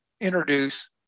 introduce